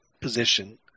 position